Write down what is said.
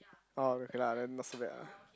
oh okay lah then not so bad lah